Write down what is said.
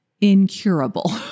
incurable